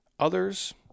Others